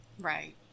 Right